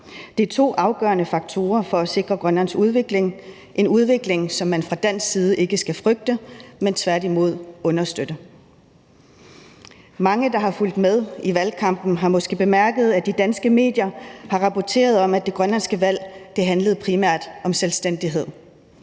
Det er to afgørende faktorer for at sikre Grønlands udvikling – en udvikling, som man fra dansk side ikke skal frygte, men tværtimod understøtte. Mange, der har fulgt med i valgkampen, har måske bemærket, at de danske medier har rapporteret om, at det grønlandske valg primært handlede om selvstændighed.